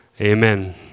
Amen